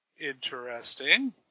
interesting